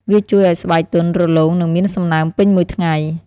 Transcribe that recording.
វាជួយឲ្យស្បែកទន់ រលោង និងមានសំណើមពេញមួយថ្ងៃ។